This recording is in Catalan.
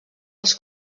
els